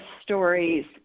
stories